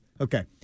Okay